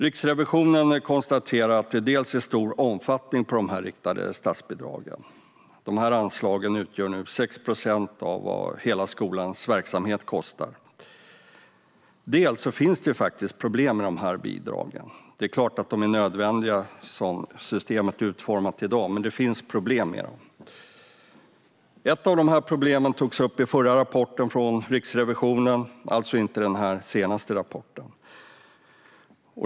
Riksrevisionen konstaterar dels att det är stor omfattning på de riktade statsbidragen - de utgör nu 6 procent av vad skolans hela verksamhet kostar - dels att det finns problem med bidragen. Det är klart att de är nödvändiga som systemet är utformat i dag, men det finns problem med dem. Ett av problemen togs upp i förra rapporten från Riksrevisionen, alltså inte i den senaste rapporten.